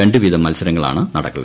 രണ്ടുവീതം മത്സരങ്ങളാണ് നടക്കുക